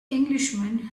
englishman